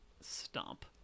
stomp